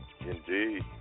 indeed